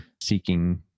seeking